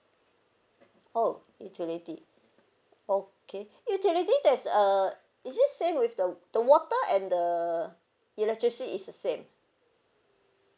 oh utility okay utility that's a is it same with the the water and the electricity is the same